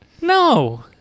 No